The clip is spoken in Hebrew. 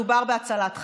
מדובר בהצלת חיים.